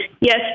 yes